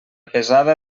pesada